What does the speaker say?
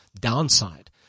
downside